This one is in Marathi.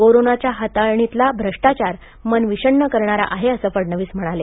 कोरोनाच्या हाताळणीतला भ्रष्टाचार मन विषण्ण करणारा आहे असे फडणवीस म्हणाले